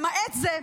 למעט זה,